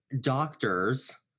Doctors